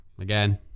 Again